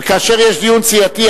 וכאשר יש דיון סיעתי,